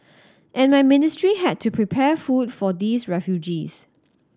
and my ministry had to prepare food for these refugees